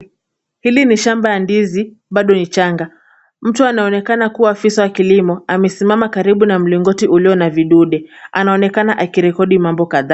Hili ni shamba ya ndizi, bado ni changa. Mtu anaonekana kuwa afisa wa kilimo, amesimama karibu na mlingoti ulio na vidude. Anaonekana akirekodi mambo kadhaa.